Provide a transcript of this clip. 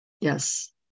Yes